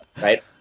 right